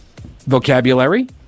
vocabulary